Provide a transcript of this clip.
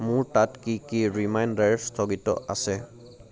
মোৰ তাত কি কি ৰিমাইণ্ডাৰ স্থগিত আছে